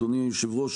אדוני היושב-ראש,